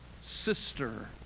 sister